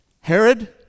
Herod